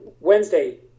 Wednesday